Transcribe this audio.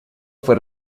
fue